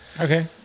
Okay